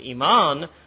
iman